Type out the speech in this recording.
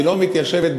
לא מתיישבת,